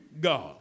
God